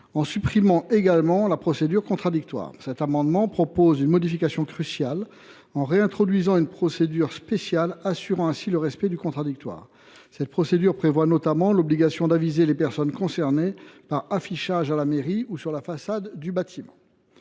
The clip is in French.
en supprimant également la procédure contradictoire. Cet amendement prévoit une modification cruciale en réintroduisant une procédure spéciale, pour assurer ainsi le respect du contradictoire. Cette procédure prévoit notamment l’obligation d’aviser les personnes concernées par affichage à la mairie ou sur la façade du bâtiment.